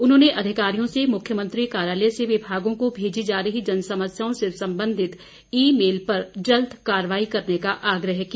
उन्होंने अधिकारियों से मुख्यमंत्री कार्यालय से विभागों को भेजी जा रही जनसमस्यों से संबंधित ई मेल पर जल्द कार्रवाई करने का आग्रह किया